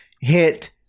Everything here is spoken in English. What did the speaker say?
hit